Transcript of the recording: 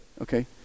okay